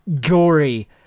gory